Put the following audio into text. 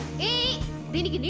me me to